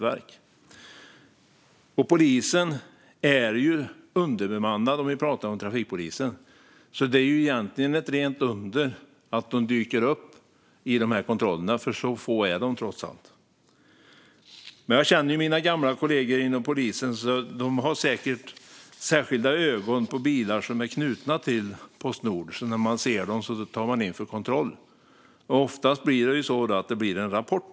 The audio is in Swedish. Trafikpolisen är ju underbemannad, så det är ju egentligen ett rent under att man dyker upp i de här kontrollerna - så få är de. Jag känner dock mina gamla kollegor inom polisen. De har säkert särskilda ögon på bilar som är knutna till Postnord, och när de ser dessa bilar tar de in dem för kontroll. Oftast blir det då dessutom en rapport.